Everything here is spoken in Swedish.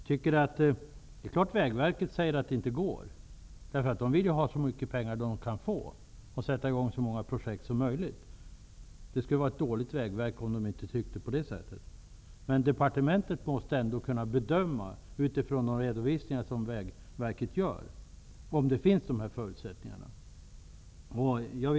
Självfallet säger Vägverket att det inte går, därför att det vill ju ha så mycket pengar som det går att få, för att sätta i gång så många projekt som möjligt. Vägverket skulle fungera dåligt om man inte tyckte på det sättet där. På departementet bör man ändå kunna bedöma utifrån de redovisningar som görs på Vägverket om förutsättningarna finns eller ej.